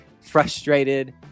frustrated